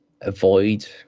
avoid